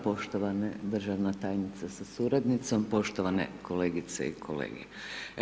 Poštovana državna tajnice sa suradnicima, poštovane kolegice i kolege.